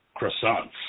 croissants